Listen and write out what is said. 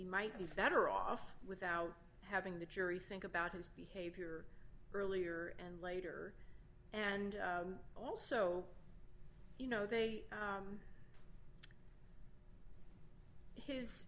he might be better off without having the jury think about his behavior earlier and later and also you know they